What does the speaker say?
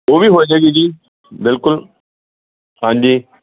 ਉਹ ਵੀ ਹੋਏਗਾ ਹੀ ਜੀ ਬਿਲਕੁਲ ਹਾਂਜੀ